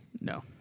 No